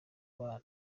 bana